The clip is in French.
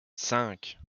cinq